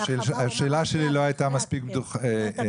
השאלה שלי לא הייתה מספיק ברורה.